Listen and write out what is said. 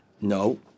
No